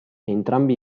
entrambi